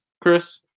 Chris